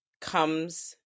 comes